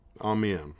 Amen